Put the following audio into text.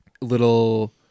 little